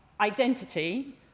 identity